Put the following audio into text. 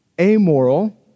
amoral